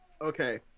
Okay